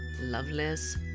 loveless